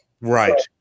Right